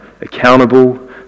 accountable